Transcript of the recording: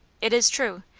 it is true.